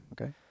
Okay